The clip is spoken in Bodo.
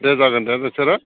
दे जागोन दे नोंसोरो